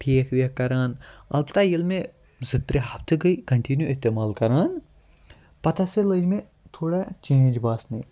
ٹھیٖک ویٖک کَران اَلبَتہ ییٚلہِ مےٚ زٕ ترٛےٚ ہَفتہٕ گٔے کَنٹنیو اِستعمال کَران پَتہٕ ہَسا لٔجۍ مےٚ تھوڑا چینٛج باسنہِ